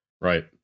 Right